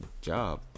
job